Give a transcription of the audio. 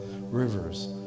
rivers